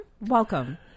Welcome